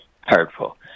hurtful